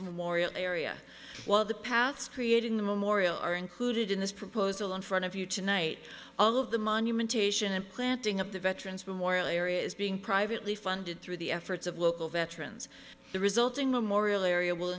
memorial area while the paths creating the memorial are included in this proposal in front of you tonight all of the monument ation and planting of the veterans memorial area is being privately funded through the efforts of local veterans the resulting memorial area will